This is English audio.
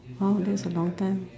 !huh! that's a long time